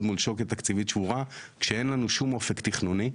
מול שוקת תקציבית שבורה כשאין לנו שום אופק תכנוני,